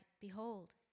Behold